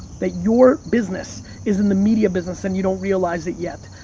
that your business is in the media business, and you don't realize it yet.